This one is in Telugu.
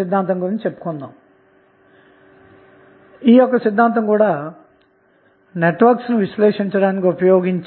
లోడ్ అన్న మాట